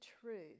truth